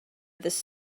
this